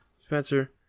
spencer